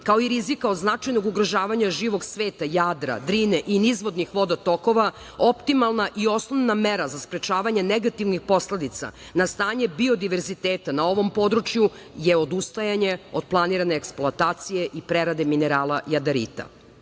kao i rizika od značajnog ugrožavanja živog sveta Jadra, Drine i nizvodnih vodotokova, optimalna i osnovna mera za sprečavanje negativnih posledica na stanje biodiverziteta na ovom području je odustajanje od planirane eksploatacije i prerade minerala jadarita.